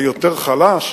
היותר חלש.